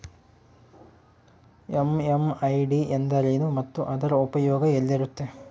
MMID ಎಂದರೇನು ಮತ್ತು ಅದರ ಉಪಯೋಗ ಎಲ್ಲಿರುತ್ತೆ?